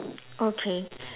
okay